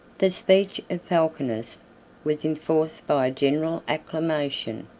the speech of falconius was enforced by a general acclamation.